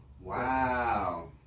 Wow